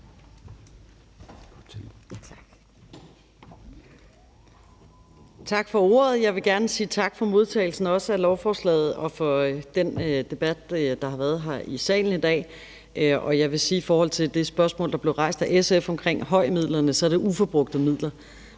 Tak for ordet. Jeg vil gerne sige tak for modtagelsen af lovforslaget og for den debat, der har været her i salen i dag. Jeg vil sige i forhold til det spørgsmål, der blev rejst af SF omkring HOI-midlerne, at det er uforbrugte midler,